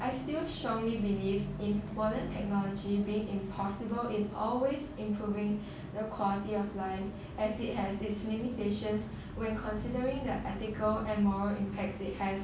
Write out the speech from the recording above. I still strongly believe in modern technology being impossible in always improving the quality of life as it has its limitations when considering the ethical and more impacts it has